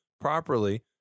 properly